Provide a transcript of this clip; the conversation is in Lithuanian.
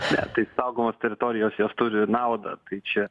ne tai saugomos teritorijos jos turi naudą tai čia